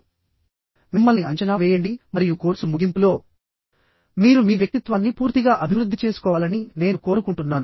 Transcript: కాబట్టి మిమ్మల్ని మీరు అంచనా వేయండి మరియు కోర్సు ముగింపులో మీరు మీ వ్యక్తిత్వాన్ని పూర్తిగా అభివృద్ధి చేసుకోవాలని నేను కోరుకుంటున్నాను